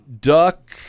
Duck